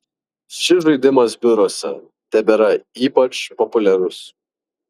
šis žaidimas biuruose tebėra ypač populiarus